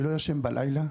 אני לא ישן בלילה,